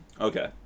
Okay